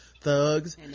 thugs